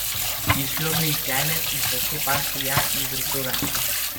įsliuogiu į kelnes ir seku paskui ją į virtuvę